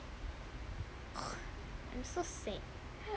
I'm so sad